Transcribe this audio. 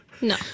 No